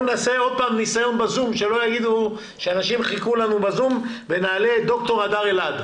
ד"ר הדר אלעד